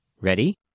Ready